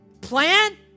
plan